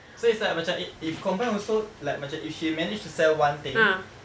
so it's like macam if if combined also like if she managed to sell one thing